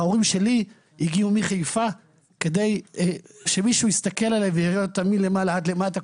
ההורים שלי הגיעו מחיפה כדי שמישהו יסתכל עליהם ויראה אותם מלמעלה עד למטה,